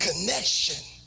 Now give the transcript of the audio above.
connection